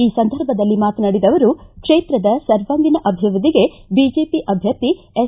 ಈ ಸಂದರ್ಭದಲ್ಲಿ ಮಾತನಾಡಿದ ಅವರು ಕ್ಷೇತ್ರದ ಸರ್ವಾಂಗೀಣ ಅಭಿವೃದ್ದಿಗೆ ಬಿಜೆಪಿ ಅಭ್ಯರ್ಥಿ ಎಸ್